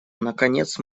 наконец